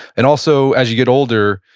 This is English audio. and also as you get older,